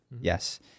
Yes